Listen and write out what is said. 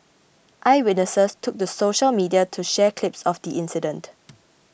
eyewitnesses took to social media to share clips of the incident